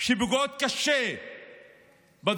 שפוגעות קשה בדרוזים,